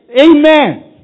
Amen